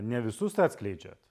ne visus atskleidžiat